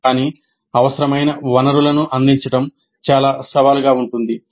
కానీ అవసరమైన వనరులను అందించడం చాలా సవాలుగా ఉంటుంది